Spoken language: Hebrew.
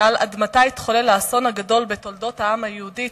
שעל אדמתה התחולל האסון הגדול בתולדות העם היהודי,